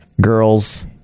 girls